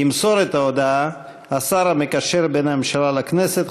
ימסור את ההודעה השר המקשר בין הממשלה לכנסת,